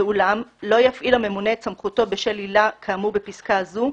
ואולם לא יפעיל הממונה את סמכותו בשל עילה כאמור בפסקה זו,